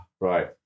right